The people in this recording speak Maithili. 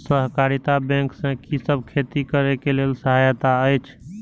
सहकारिता बैंक से कि सब खेती करे के लेल सहायता अछि?